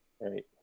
Right